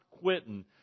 quitting